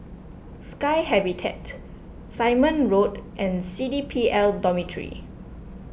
Sky Habitat Simon Road and C D P L Dormitory